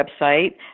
website